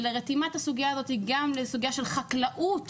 ולרתימת הסוגיה הזאת, גם לסוגיה של חקלאות